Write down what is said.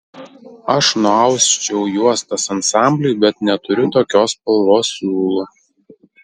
aš nuausčiau juostas ansambliui bet neturiu tokios spalvos siūlų